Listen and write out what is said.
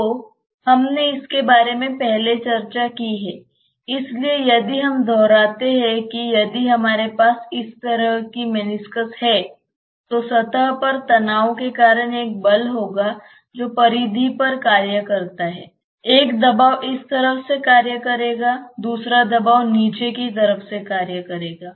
तो हमने इसके बारे में पहले चर्चा की है इसलिए यदि हम दोहराते हैं कि यदि हमारे पास इस तरह की मेनिस्कस है तो सतह पर तनाव के कारण एक बल होगा जो परिधि पर कार्य करता है एक दबाव इस तरफ से कार्य करेगा दूसरा दबाव नीचे की तरफ से कार्य करेगा